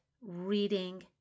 reading